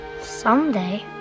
someday